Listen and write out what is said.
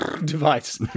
device